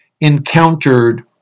encountered